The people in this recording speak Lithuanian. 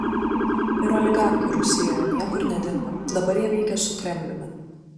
ir oligarchai rusijoje niekur nedingo dabar jie veikia su kremliumi